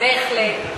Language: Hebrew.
בהחלט.